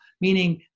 meaning